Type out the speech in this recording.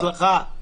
בהצלחה.